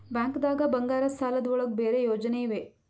ಬ್ಯಾಂಕ್ದಾಗ ಬಂಗಾರದ್ ಸಾಲದ್ ಒಳಗ್ ಬೇರೆ ಯೋಜನೆ ಇವೆ?